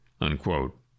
unquote